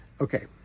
Okay